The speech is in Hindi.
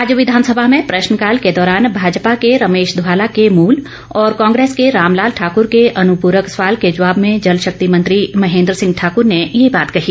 आज विधानसभा में प्रश्नकाल के दौरान भाजपा के रमेश धवाला के मूल और कांग्रेस के रामलाल ठाकूर के अनुपूरक सवाल के जवाब में जलशक्ति मंत्री महेंद्र सिंह ठाकूर ने ये बात कही